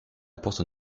porte